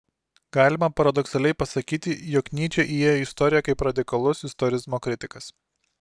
galima paradoksaliai pasakyti jog nyčė įėjo į istoriją kaip radikalus istorizmo kritikas